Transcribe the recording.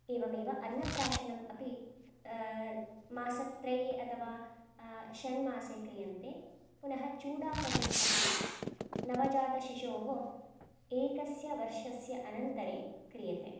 एवमेव अन्नप्राशनम् अपि मासत्रये अथवा षण्मासे क्रियन्ते पुनः चूडाकर्म अपि नवजातशिशोः एकस्य वर्षस्य अनन्तरे क्रियते